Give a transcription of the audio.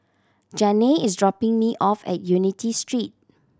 Janay is dropping me off at Unity Street